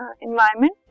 environment